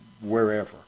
wherever